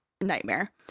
nightmare